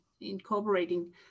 incorporating